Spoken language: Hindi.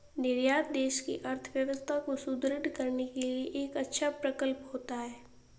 निर्यात देश की अर्थव्यवस्था को सुदृढ़ करने के लिए एक अच्छा प्रकल्प होता है